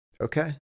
Okay